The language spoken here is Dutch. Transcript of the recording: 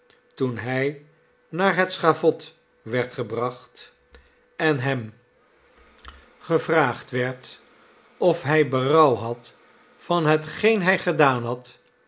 toen hij naar het schavot werd gebracht en hem mmimm kleine nell wordt populair gevraagd werd of hij berouw had van hetgeen hij gedaan had